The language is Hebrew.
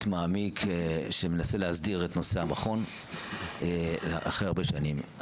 מעמיק שמנסה להסדיר את נושא המכון אחרי הרבה שנים.